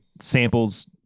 samples